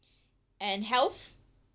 and health